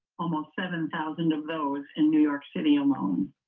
almost seven thousand of those in new york city alone.